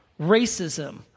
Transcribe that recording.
racism